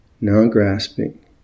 non-grasping